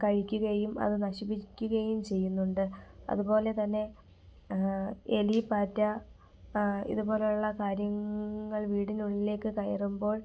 കഴിക്കുകയും അത് നശിപ്പിക്കുകയും ചെയ്യുന്നുണ്ട് അതുപോലെതന്നെ എലി പാറ്റാ ഇതു പോലെയുള്ള കാര്യങ്ങൾ വീടിനുള്ളിലേക്ക് കയറുമ്പോൾ